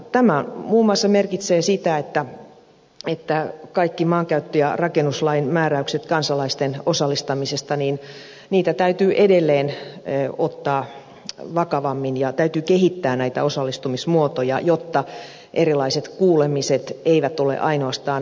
tämä muun muassa merkitsee sitä että kaikki maankäyttö ja rakennuslain määräykset kansalaisten osallistumisesta täytyy edelleen ottaa vakavammin ja täytyy kehittää näitä osallistumismuotoja jotta erilaiset kuulemiset eivät ole ainoastaan muodollisuuksia